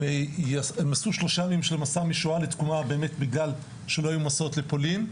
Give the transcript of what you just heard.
הם עשו שלושה ימים של מסע משואה לתקומה באמת בגלל שלא היו מסעות לפולין.